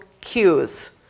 cues